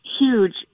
huge